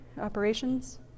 operations